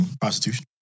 prostitution